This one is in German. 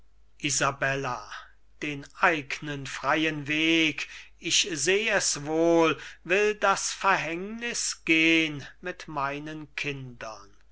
isabella den eignen freien weg ich seh es wohl will das verhängniß gehn mit meinen kindern